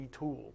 retooled